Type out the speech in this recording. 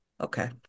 Okay